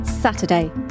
Saturday